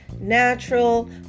natural